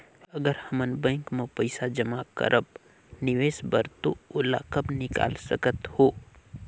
अगर हमन बैंक म पइसा जमा करब निवेश बर तो ओला कब निकाल सकत हो?